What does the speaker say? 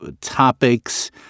topics